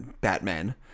Batman